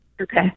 Okay